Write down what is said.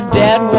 dead